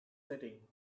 setting